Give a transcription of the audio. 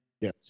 Yes